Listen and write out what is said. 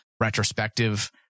retrospective